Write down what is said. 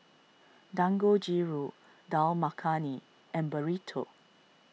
Dangojiru Dal Makhani and Burrito